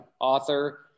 Author